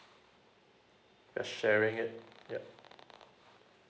yeah sharing it yup